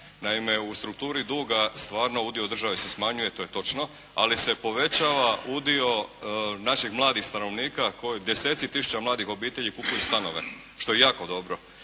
Naime, u strukturi duga stvarno udio države se smanjuje to je točno. Ali se povećava udio naših mladih stanovnika, deseci tisuća mladih obitelji kupuju stanove što je jako dobro